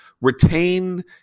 retain